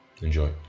Enjoy